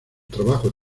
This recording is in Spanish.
trabajos